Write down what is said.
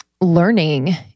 learning